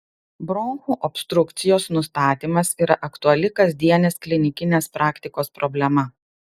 bronchų obstrukcijos nustatymas yra aktuali kasdienės klinikinės praktikos problema